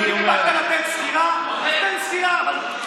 אם באת לתת סקירה אז תן סקירה.